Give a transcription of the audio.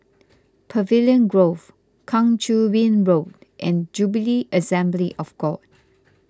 Pavilion Grove Kang Choo Bin Road and Jubilee Assembly of God